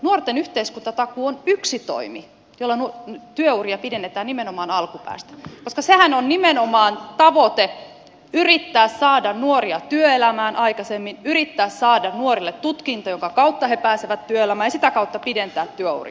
nuorten yhteiskuntatakuu on yksi toimi jolla työuria pidennetään nimenomaan alkupäästä koska sehän on nimenomaan tavoite yrittää saada nuoria työelämään aikaisemmin yrittää saada nuorille tutkinto jonka kautta he pääsevät työelämään ja sitä kautta pidentää työuria